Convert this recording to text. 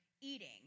eating